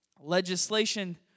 Legislation